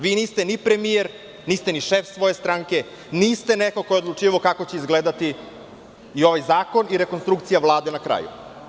Vi niste ni premijer, niste ni šef svoje stranke, niste neko ko je odlučivao kako će izgledati i ovaj zakon i rekonstrukcija Vlade na kraju.